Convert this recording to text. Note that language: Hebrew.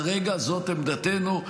כרגע, זאת עמדתנו.